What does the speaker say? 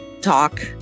talk